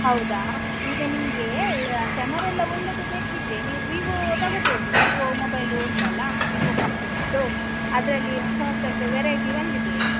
ಹೌದಾ ಈಗ ನಿಮಗೆ ಕ್ಯಾಮರ ಎಲ್ಲ ಒಳ್ಳೆಯದು ಬೇಕಿದ್ದರೆ ನೀವು ವಿವೋ ತಗೊಬೋದು ವಿವೋ ಮೊಬೈಲು ಉಂಟಲ್ಲ ವಿವೋ ಕಂಪೆನಿಯದ್ದು ಅದರಲ್ಲಿ ಹೊಸ ಹೊಸತು ವೆರೈಟಿ ಬಂದಿದೆ